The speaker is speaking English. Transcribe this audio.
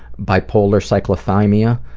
bipolar cyclothymia